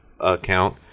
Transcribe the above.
account